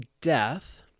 death